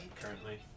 currently